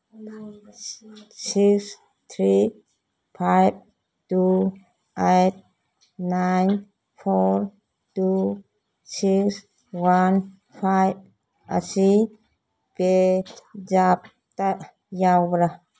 six three five two eight nine four two six one five ꯑꯁꯤ ꯄꯦꯖꯥꯞꯇ ꯌꯥꯎꯕ꯭ꯔꯥ